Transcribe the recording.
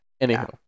Anyhow